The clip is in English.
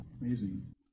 Amazing